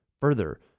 Further